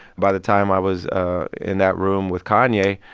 by the time i was in that room with kanye,